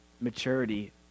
maturity